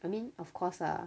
I mean of course lah